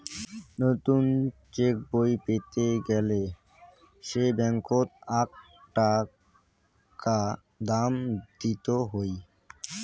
নতুন চেকবই পেতে গেলে সে ব্যাঙ্কত আকটা টাকা দাম দিত হই